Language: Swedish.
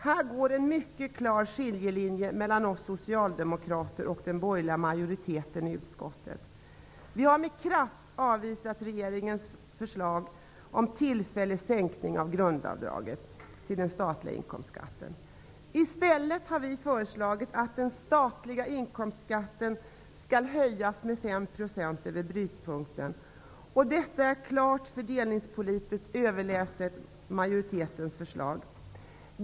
Här går en mycket klar skiljelinje mellan oss socialdemokrater och den borgerliga majoriteten i utskottet. Vi har med kraft avvisat regeringens förslag om tillfällig minskning av grundavdraget vid taxering till den statliga inkomstskatten. I stället har vi föreslagit att den statliga inkomstskatten skall höjas med 5 % för inkomster över brytpunkten, och detta är klart fördelningspolitiskt överlägset majoritetens förslag.